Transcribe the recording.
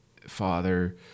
father